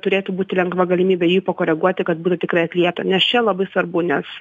turėtų būti lengva galimybė jį pakoreguoti kad būtų tikrai atliepta nes čia labai svarbu nes